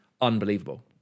Unbelievable